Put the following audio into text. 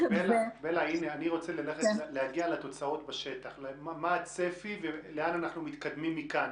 אני רוצה להגיע לתוצאות בשטח מה הצפי ולאן אנחנו מתקדמים מכאן.